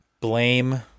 blame